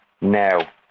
now